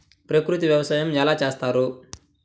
ప్రకృతి వ్యవసాయం ఎలా చేస్తారు?